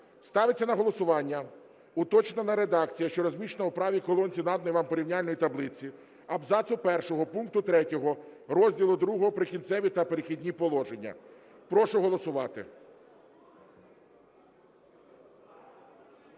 ставиться на голосування уточнена редакція, що розміщена у правій колонці наданої вам порівняльної таблиці, абзацу першого пункту 3 розділу ІІ "Прикінцеві та перехідні положення". Прошу голосувати.